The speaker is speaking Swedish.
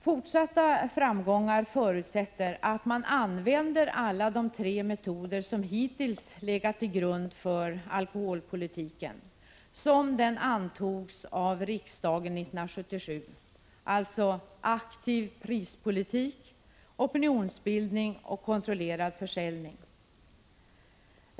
Fortsatta framgångar förutsätter att man använder alla de tre metoder som hittills har legat till grund för alkoholpolitiken sådan den antogs av riksdagen 1977, alltså aktiv prispolitik, opinionsbildning och kontrollerad försäljning.